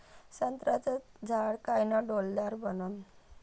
संत्र्याचं झाड कायनं डौलदार बनन?